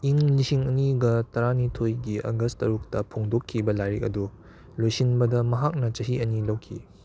ꯏꯪ ꯂꯤꯁꯤꯡ ꯑꯅꯤꯒ ꯇꯔꯥꯅꯤꯊꯣꯏꯒꯤ ꯑꯥꯒꯁ ꯇꯔꯨꯛꯇ ꯐꯣꯡꯗꯣꯛꯈꯤꯕ ꯂꯥꯏꯔꯤꯛ ꯑꯗꯨ ꯂꯣꯏꯁꯤꯟꯕꯗ ꯃꯍꯥꯛꯅ ꯆꯍꯤ ꯑꯅꯤ ꯂꯧꯈꯤ